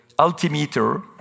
altimeter